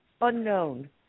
unknown